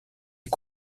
est